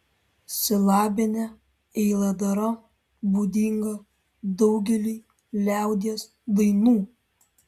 silabinė eilėdara būdinga daugeliui liaudies dainų